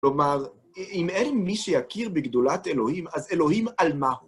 כלומר, אם אין מי שיכיר בגדולת אלוהים, אז אלוהים על מה?